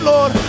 Lord